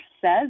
says